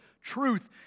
truth